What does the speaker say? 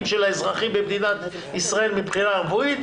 של האזרחים במדינת ישראל מבחינה רפואית,